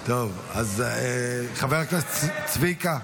חבר הכנסת צביקה,